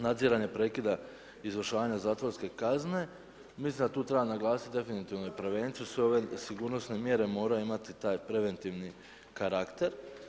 Nadziranje prekida izvršavanja zatvorske kazne, mislim da tu treba naglasiti definitivno i prevenciju, sve ove sigurnosne mjere moraju imati taj preventivni karakter.